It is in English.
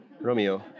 Romeo